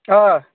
آ